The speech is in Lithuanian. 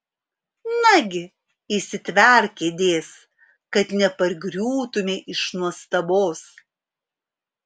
nagi įsitverk kėdės kad nepargriūtumei iš nuostabos